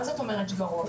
מה זאת אומרת שגרות,